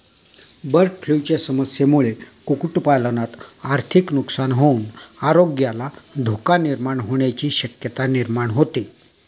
बर्डफ्लूच्या समस्येमुळे कुक्कुटपालनात आर्थिक नुकसान होऊन आरोग्याला धोका निर्माण होण्याची शक्यता निर्माण होते